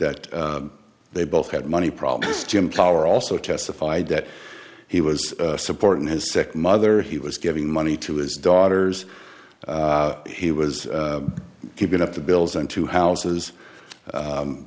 that they both had money problems jim power also testified that he was supporting his second mother he was giving money to his daughters he was keeping up the bills on two houses